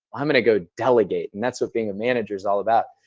i'm going to go delegate and that's what being a manager is all about.